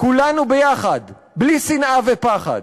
כולנו ביחד בלי שנאה ופחד,